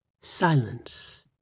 Silence